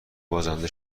بازنده